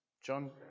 John